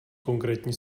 konkrétní